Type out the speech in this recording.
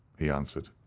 he answered.